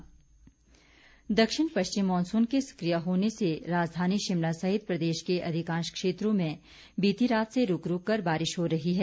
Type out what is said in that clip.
मौसम दक्षिण पश्चिम मानसून के सकिय होने से राजधानी शिमला सहित प्रदेश के अधिकांश क्षेत्रों में बीती रात से रूक रूक कर बारिश हो रही है